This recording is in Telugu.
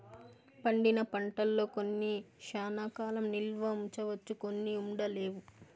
పండిన పంటల్లో కొన్ని శ్యానా కాలం నిల్వ ఉంచవచ్చు కొన్ని ఉండలేవు